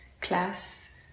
class